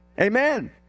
Amen